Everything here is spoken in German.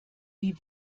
wie